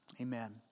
amen